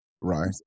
right